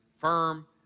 firm